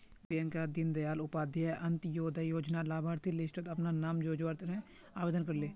प्रियंका दीन दयाल उपाध्याय अंत्योदय योजनार लाभार्थिर लिस्टट अपनार नाम जोरावर तने आवेदन करले